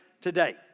today